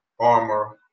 armor